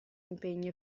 impegno